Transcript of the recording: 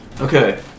Okay